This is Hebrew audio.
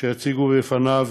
שיציגו בפניו